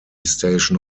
station